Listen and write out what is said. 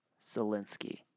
Zelensky